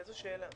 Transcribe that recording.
איזו שאלה?